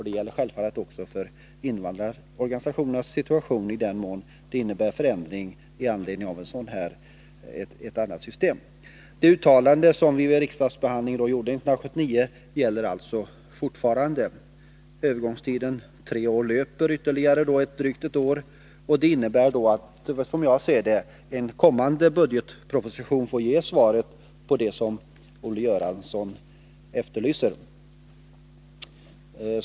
Det gäller självfallet också invandrarorganisationerna i den mån ett annat system medför en förändring för dem. Det uttalande som vi gjorde vid riksdagsbehandlingen 1979 gäller fortfarande. Övergångstiden på tre år löper ytterligare ett år, vilket innebär, som jag ser det, att en kommande budgetproposition får ge de besked som Olle Göransson efterlyser.